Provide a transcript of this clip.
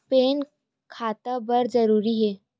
Pan खाता बर जरूरी हे?